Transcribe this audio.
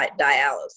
dialysis